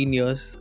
years